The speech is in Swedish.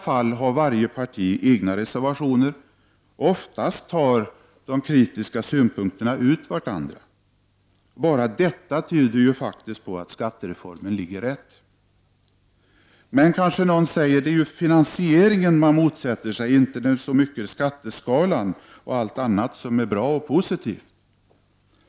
Vanligtvis har varje parti ensamt framställt reservationer, och oftast tar de kritiska synpunkterna så att säga ut varandra. Bara detta tyder, som sagt, på att skattereformen ligger rätt. Men någon säger kanske: Det är ju finansieringen som man motsätter sig, inte så mycket skatteskalan och allt annat som är bra och positivt.